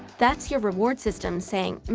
that's your reward system saying, and